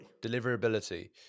Deliverability